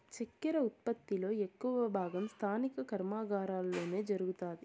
చక్కర ఉత్పత్తి లో ఎక్కువ భాగం స్థానిక కర్మాగారాలలోనే జరుగుతాది